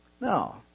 No